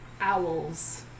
Owls